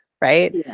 right